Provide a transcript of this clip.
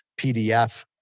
PDF